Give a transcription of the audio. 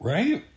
Right